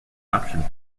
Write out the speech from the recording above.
option